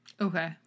Okay